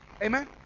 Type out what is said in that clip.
Amen